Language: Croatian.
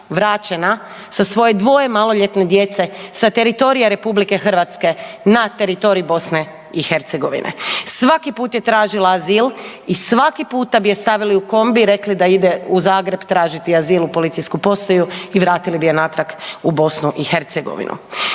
vraćena sa svoje dvoje maloljetne djece sa teritorija RH na teritorij BiH. Svaki put je tražila azil i svaki puta bi je stavili u kombi i rekli da ide u Zagreb tražiti azil u policijsku postaju i vratili bi je natrag u BiH.